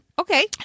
Okay